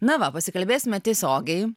na va pasikalbėsime tiesiogiai